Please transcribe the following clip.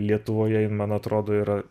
lietuvoje jin man atrodo yra